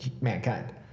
mankind